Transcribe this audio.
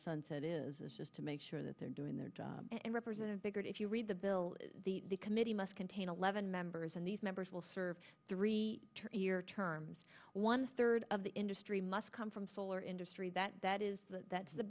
sunset is is just to make sure that they're doing their job and represent a bigger if you read the bill the committee must contain eleven members and these members will serve three year terms one third of the industry must come from solar industry that that is th